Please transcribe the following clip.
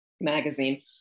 magazine